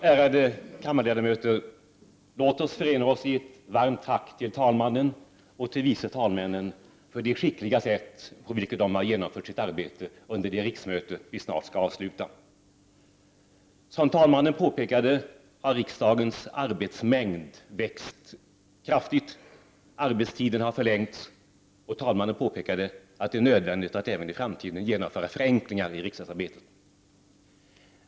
Ärade kammarledamöter! Låt oss förena oss i ett varmt tack till talmannen och till de vice talmännen för det skickliga sätt på vilket de genomfört sitt arbete under det riksmöte vi snart skall avsluta. Som talmannen påpekade har riksdagens arbetsmängd växt kraftigt. Arbetstiden har förlängts. Talmannen påpekade att det är nödvändigt att även i framtiden genomföra förenklingar i riksdagens arbete.